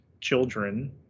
children